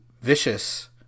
vicious